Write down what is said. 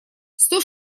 сто